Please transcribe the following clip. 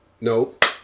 Nope